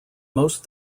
most